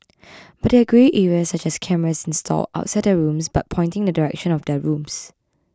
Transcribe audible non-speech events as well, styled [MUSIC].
[NOISE] but there are grey areas such as cameras installed outside their rooms but pointing in the direction of their rooms